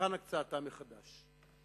ותבחן הקצאתה מחדש.